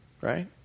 right